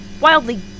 wildly